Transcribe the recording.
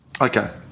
Okay